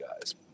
guys